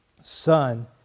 son